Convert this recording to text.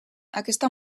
aquesta